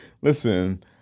listen—